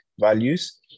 values